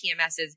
TMSs